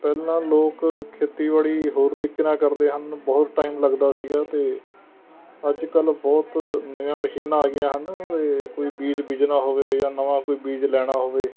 ਪਹਿਲਾਂ ਲੋਕ ਖੇਤੀਬਾੜੀ ਹੋਰ ਤਰੀਕੇ ਨਾਲ਼ ਕਰਦੇ ਹਨ ਬਹੁਤ ਟਾਈਮ ਲੱਗਦਾ ਸੀਗਾ ਅਤੇ ਅੱਜ ਕੱਲ੍ਹ ਬਹੁਤ ਨਵੀਆਂ ਮਸ਼ੀਨਾਂ ਆ ਗਈਆਂ ਹਨ ਅਤੇ ਕੋਈ ਬੀਜ ਬੀਜਣਾ ਹੋਵੇ ਜਾਂ ਨਵਾਂ ਕੋਈ ਬੀਜ ਲੈਣਾ ਹੋਵੇ